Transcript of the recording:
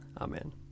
Amen